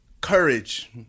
courage